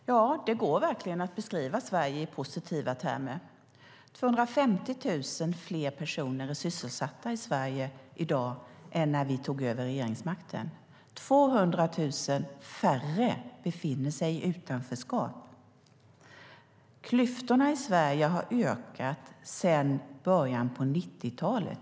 Fru talman! Det går verkligen att beskriva Sverige i positiva termer. Det är 250 000 fler personer som är sysselsatta i Sverige i dag än när vi tog över regeringsmakten. Det är 200 000 färre som befinner sig i utanförskap. Klyftorna i Sverige har ökat sedan början på 90-talet.